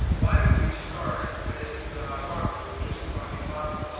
why don't we start with robert who was just talking, bob,